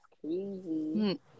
crazy